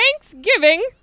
Thanksgiving